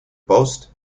post